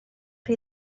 rhy